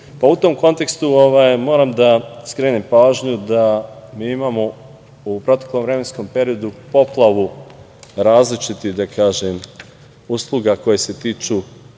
tom kontekstu, moram da skrenem pažnju da mi imamo u proteklom vremenskom periodu poplavu različitih usluga koje se tiču